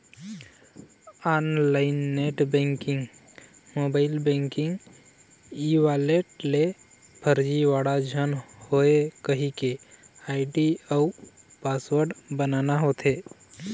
online net banking, mobile banking, e wallet ले फरजीवाड़ा झन होए कहिके आईडी अउ पासवर्ड बनाना होथे